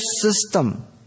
system